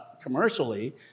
commercially